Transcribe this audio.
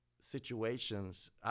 situations